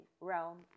realm